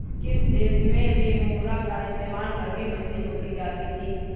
किस देश में रेमोरा का इस्तेमाल करके मछली पकड़ी जाती थी?